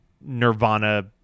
nirvana